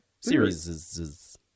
series